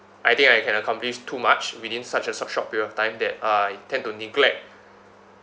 I think I can accomplish too much within such a sho~ short period of time that I tend to neglect